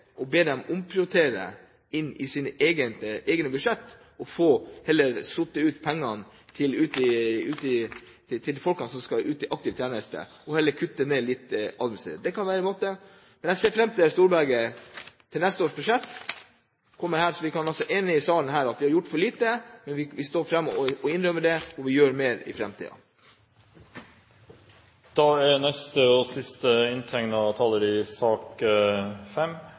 be dem omprioritere i sine egne budsjetter, at de setter av pengene til de folkene som skal ut i aktiv tjeneste, og heller kutter ned litt administrativt. Det kan være lurt. Men jeg ser fram til at Storberget ved neste års budsjett kommer inn i denne salen og sier at vi har gjort for lite, men vi står fram og innrømmer det, og vi gjør mer i framtiden. Det er jo ikke nødvendig å lage politiske konflikter av alt. Det vi alle er enige om, er behovet for økt utdanningskapasitet og